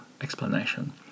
explanation